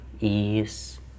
ease